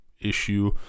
issue